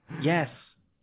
yes